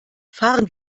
fahren